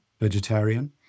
vegetarian